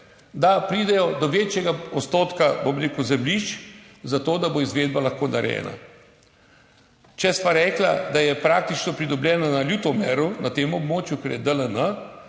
da pridejo do večjega odstotka zemljišč zato, da bo izvedba lahko narejena. Če sva rekla, da je praktično pridobljena na Ljutomeru, na tem območju, kjer je DPN,